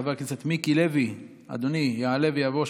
חבר הכנסת מיקי לוי, אדוני יעלה ויבוא.